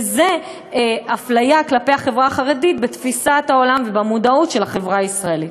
וזה אפליה כלפי החברה החרדית בתפיסת העולם ובמודעות של החברה הישראלית.